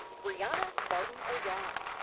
breanna martin-o'dell.